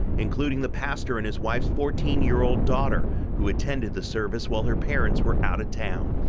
including the pastor and his wife's fourteen year old daughter, who attended the service while her parents were out of town.